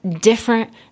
different